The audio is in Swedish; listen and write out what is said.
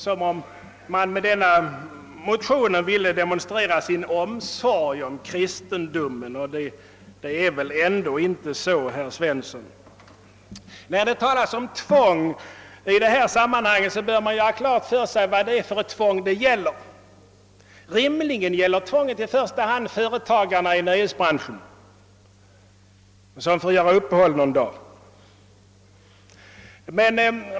Som om man med denna motion ville demonstrera sin omsorg om kristendomen! Så är det väl ändå inte, herr Svensson! När det talas om tvång i detta sammanhang bör man göra klart för sig vad det är för tvång det gäller. Rimligen gäller tvånget i första hand företagarna i nöjesbranschen, som får göra uppehåll i sin verksamhet någon dag.